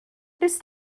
wnest